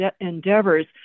endeavors